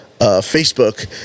Facebook